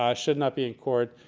um should not be in court.